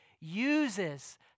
uses